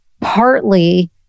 partly